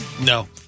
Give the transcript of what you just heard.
No